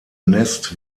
nest